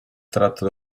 tratto